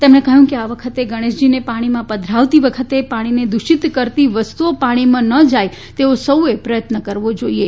તેમણે કહ્યું કે આ વખતે ગણેશજીને પાણીમાં પધરાવતી વખતે પાણીને દૂષિત કરતી વસ્તુઓ પાણી ન જાય તેવો સૌએ પ્રયત્ન કરવો જાઇએ